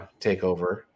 takeover